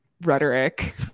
rhetoric